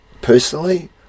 personally